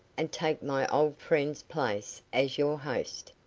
and take my old friend's place as your host.